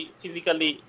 physically